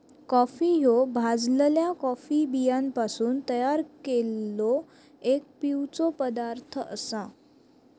coffee ह्यो भाजलल्या coffee बियांपासून तयार केललो एक पिवचो पदार्थ आसा